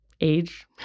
age